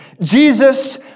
Jesus